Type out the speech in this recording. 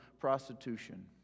prostitution